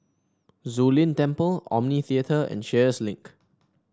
Zu Lin Temple Omni Theatre and Sheares Link